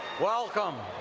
welcome,